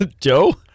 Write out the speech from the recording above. Joe